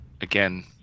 again